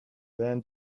van